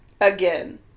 Again